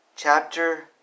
Chapter